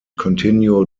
continue